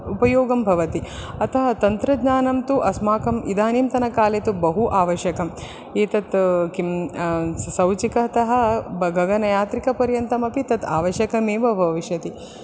उपयोगं भवति अतः तन्त्रज्ञानं तु अस्माकम् इदानीन्तनकाले तु बहु आवश्यकम् एतत् किं सौचिकतः गगनयात्रिकपर्यन्तमपि तद् आवश्यकमेव भविष्यति